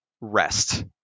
rest